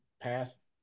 path